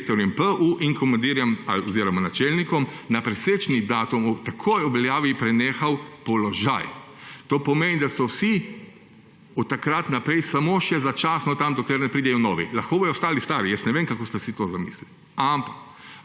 direktorjem PU in načelnikom na presečni datum takoj ob veljavi prenehal položaj. To pomeni, da so vsi od takrat naprej samo še začasno tam, dokler ne pridejo novi. Lahko bodo ostali stari, jaz ne vem, kako ste si to zamislili.